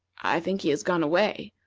i think he has gone away,